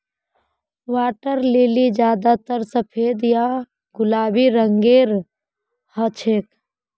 water lily ज्यादातर सफेद या गुलाबी रंगेर हछेक